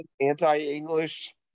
anti-english